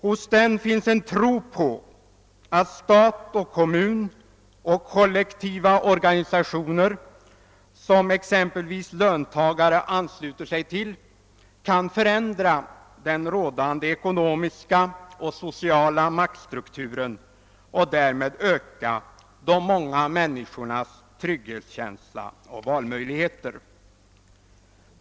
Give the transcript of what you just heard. Hos den finns en tro på att stat och kommun samt kollektiva organisationer, som exempelvis löntagare ansluter sig till, kan förändra den rådande ekonomiska och sociala maktstrukturen och därmed öka de många människornas trygghetskänsla och valmöjligheter.